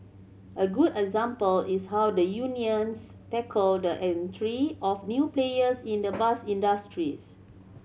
a good example is how the unions tackled the entry of new players in the bus industries